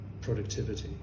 productivity